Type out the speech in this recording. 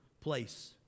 place